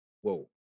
Whoa